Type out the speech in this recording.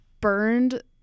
burned